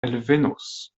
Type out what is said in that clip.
elvenos